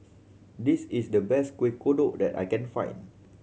this is the best Kuih Kodok that I can find